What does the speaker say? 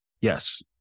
Yes